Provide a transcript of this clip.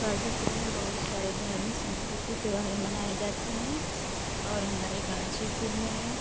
गाजीपुर में बहुत सारे धार्मिक सांस्कृतिक त्योहारे मनाए जाते हैं और हमारे गाजीपुर में